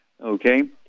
okay